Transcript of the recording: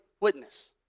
witness